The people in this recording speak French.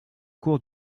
cour